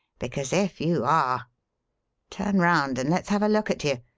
because, if you are turn round and let's have a look at you!